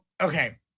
okay